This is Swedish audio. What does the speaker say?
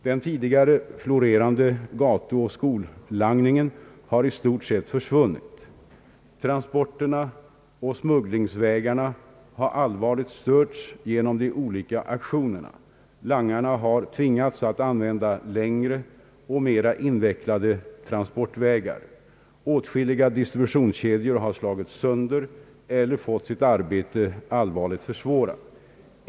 Den tidigare florerande gatuoch skollangningen har i stort sett försvunnit. Transporterna och smugglingsvägarna har allvarligt störts genom de olika aktionerna. Langarna har tvingats att använda längre och mera invecklade transportvägar. Åtskilliga distributionskedjor har slagits sönder eller fått sitt arbete allvarligt försvårat.